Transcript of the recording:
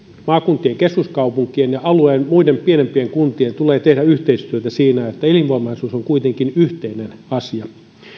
maakuntien keskuskaupunkien ja alueen muiden pienempien kuntien tulee tehdä yhteistyötä siinä että elinvoimaisuus on kuitenkin yhteinen asia